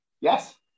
yes